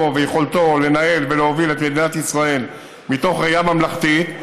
ויכולתו לנהל ולהוביל את מדינת ישראל מתוך ראייה ממלכתית.